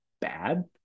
bad